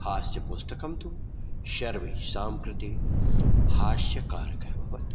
हास्यपुस्तकं तु सर्वेषां कृते हास्यकारकं भवत्